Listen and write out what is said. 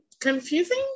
confusing